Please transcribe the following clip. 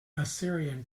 assyrian